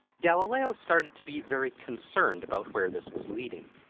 galileo started to be very concerned about where this was leading.